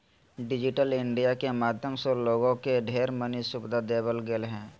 digital India के माध्यम से लोगों के ढेर मनी सुविधा देवल गेलय ह